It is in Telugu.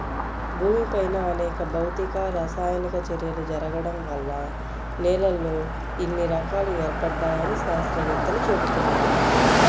భూమిపైన అనేక భౌతిక, రసాయనిక చర్యలు జరగడం వల్ల నేలల్లో ఇన్ని రకాలు ఏర్పడ్డాయని శాత్రవేత్తలు చెబుతున్నారు